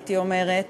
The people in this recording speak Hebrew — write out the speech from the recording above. הייתי אומרת,